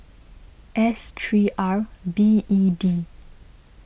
S three R B E D